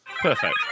Perfect